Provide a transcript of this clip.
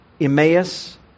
Emmaus